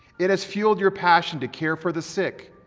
it has fueled your passion to care for the sick,